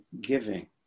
giving